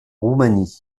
roumanie